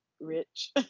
rich